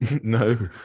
No